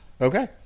Okay